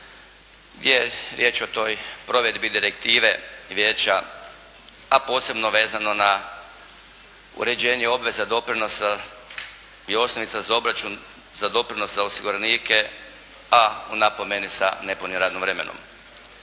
gdje je riječ o toj provedbi direktive Vijeća, a posebno vezano na uređenje obveza doprinosa i osnovica za obračun za doprinos za osiguranike, a u napomeni sa nepunim radnim vremenom.